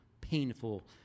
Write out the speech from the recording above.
painful